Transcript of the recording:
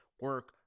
Work